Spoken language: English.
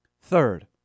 Third